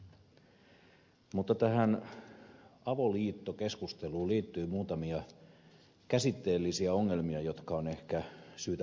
mutta tähän avoliittokeskusteluun liittyy muutamia käsitteellisiä ongelmia jotka on ehkä syytä palauttaa mieleen